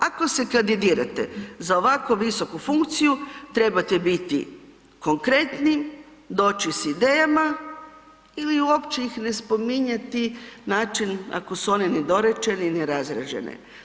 Ako se kandidirate za ovako visoku funkciju trebate biti konkretni, doći s idejama ili uopće ih ne spominjati način ako su one nedorečene i nerazrađene.